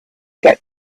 get